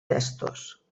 testos